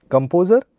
Composer